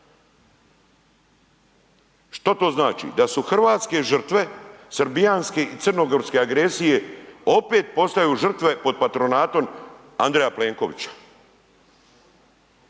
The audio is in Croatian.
Što to znači, da su hrvatske žrtve srbijanske i crnogorske agresije opet postaju žrtve pod patronatom Andreja Plenkovića.